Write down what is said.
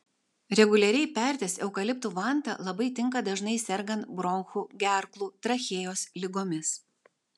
reguliariai pertis eukaliptų vanta labai tinka dažnai sergant bronchų gerklų trachėjos ligomis